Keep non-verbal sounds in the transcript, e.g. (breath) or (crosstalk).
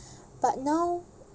(breath) but now